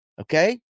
Okay